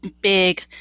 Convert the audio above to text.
big